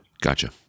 Gotcha